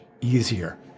easier